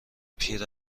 پیر